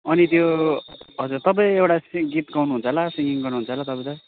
अनि त्यो हजुर तपाईँ एउटा चाहिँ गीत गाउनु हुन्छ होला सिङ्गिङ गर्नु हुन्छ होला तपाईँ त